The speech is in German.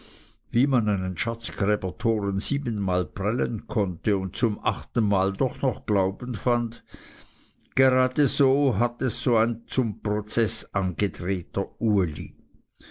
wie man einen schatzgräbertoren siebenmal prellen konnte und zum achtenmal doch noch glauben fand gerade so hat es so ein zum prozeß angedrehter uli